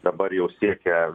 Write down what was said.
dabar jau siekia